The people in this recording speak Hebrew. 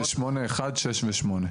זה 8(1), 8(6) ו-8(8).